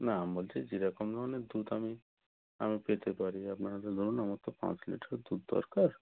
না আমি বলছি যেরকম ধরনের দুধ আমি আমি পেতে পারি আপনারা তো ধরুন আমার তো পাঁচ লিটার দুধ দরকার